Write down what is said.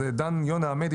אז דן יונה עמדי,